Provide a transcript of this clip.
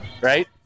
right